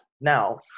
Now